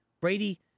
Brady